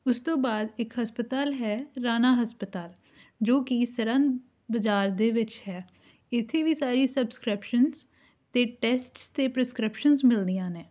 ਉਸ ਤੋਂ ਬਾਅਦ ਇੱਕ ਹਸਪਤਾਲ ਹੈ ਰਾਣਾ ਹਸਪਤਾਲ ਜੋ ਕਿ ਸਰਹਿੰਦ ਬਾਜ਼ਾਰ ਦੇ ਵਿੱਚ ਹੈ ਇੱਥੇ ਵੀ ਸਾਰੀ ਸਬਸਕ੍ਰੈਪਸ਼ਨ ਅਤੇ ਟੈਸਟ ਅਤੇ ਪ੍ਰਸਕ੍ਰਿਪਸ਼ਨਸ ਮਿਲਦੀਆਂ ਨੇ